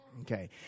Okay